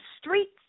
streets